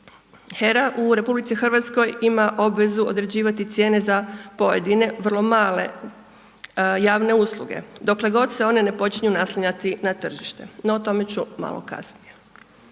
HERA u RH, ima obvezu određivati cijene za pojedine vrlo male, javne usluge, dokle god se one ne počinju naslanjati na tržište, no o tome, ću malo kasnije.